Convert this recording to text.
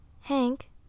Hank